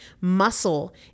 Muscle